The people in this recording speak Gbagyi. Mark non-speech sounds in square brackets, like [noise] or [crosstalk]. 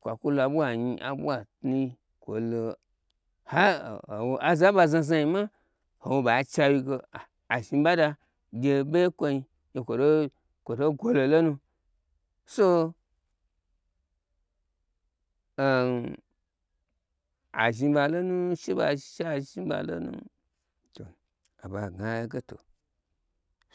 Kwa kwu lo aɓwa nyi abwa tnu kwoilo har [hesitation] o aza n ɓa znazna nyi ma hawo ɓai cha wyi ge achni ɓa da gye beye n kwom gye kwoto gwolo lonu so am azhni ɓa lo nu she azhni ɓalonu to aɓe agna n haiyi ge to